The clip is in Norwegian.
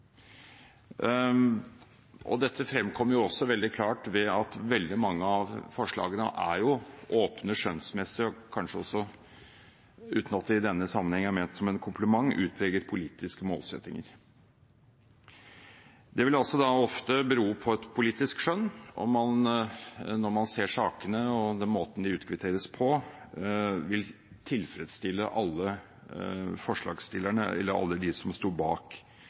Dette fremkom også veldig klart ved at veldig mange av forslagene er åpne, skjønnsmessige og kanskje også – uten at det i denne sammenheng er ment som en kompliment – utpreget politiske målsettinger. Det vil ofte bero på et politisk skjønn om man, når man ser sakene og den måten de utkvitteres på, vil tilfredsstille alle dem som sto bak